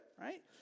Right